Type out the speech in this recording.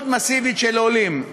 מאוד מסיבית של עולים,